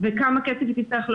וכמה כסף היא תצטרך,